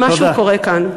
משהו קורה כאן.